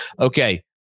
Okay